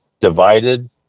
Divided